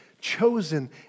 chosen